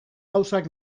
gauzak